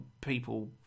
people